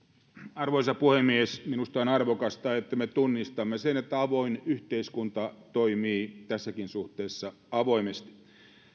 arvoisa puhemies minusta on arvokasta että me tunnistamme sen että avoin yhteiskunta toimii tässäkin suhteessa avoimesti